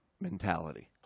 mentality